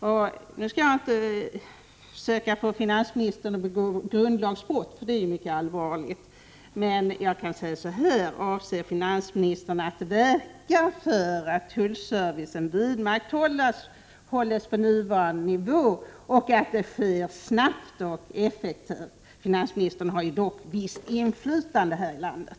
För att inte förleda finansministern att begå grundlagsbrott— det är mycket allvarligt — formulerar jag min följdfråga så här: Avser finansministern att verka för att tullservicen vidmakthålls på nuvarande nivå och att detta sker snabbt och effektivt? Finansministern har ju visst inflytande här i landet.